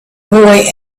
boy